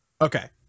Okay